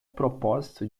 propósito